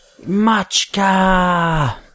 Machka